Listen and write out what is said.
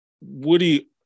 Woody